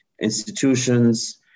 institutions